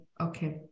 okay